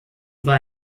war